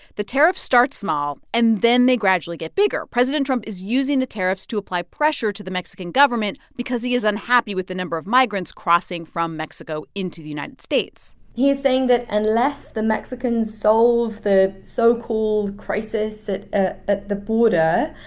the tariffs start small and then they gradually get bigger. president trump is using the tariffs to apply pressure to the mexican government because he is unhappy with the number of migrants crossing from mexico into the united states he is saying that unless the mexicans solve the so-called crisis at ah ah the border,